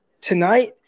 tonight